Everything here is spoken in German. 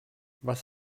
was